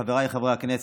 חבריי חברי הכנסת,